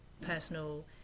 personal